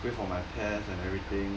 wait for my test and everything